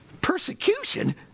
persecution